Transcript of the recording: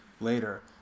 later